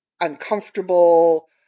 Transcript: uncomfortable